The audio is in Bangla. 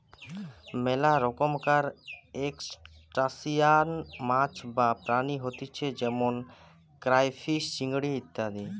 মেলা রকমকার ত্রুসটাসিয়ান মাছ বা প্রাণী হতিছে যেমন ক্রাইফিষ, চিংড়ি ইত্যাদি